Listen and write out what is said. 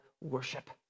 worship